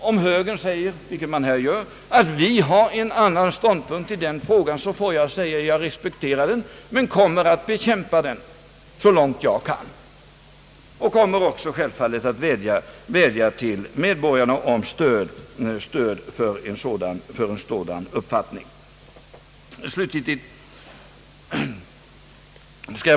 Om högern, som den här gör, säger att den har en annan ståndpunkt i den frågan, får jag säga att jag respekterar den men kommer att bekämpa den så långt jag kan. Och jag kommer självfallet också att vädja till medborgarna om stöd för vår uppfattning.